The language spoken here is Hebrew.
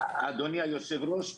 אדוני היושב-ראש,